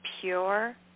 pure